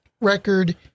record